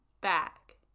back